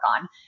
on